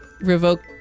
revoked